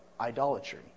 idolatry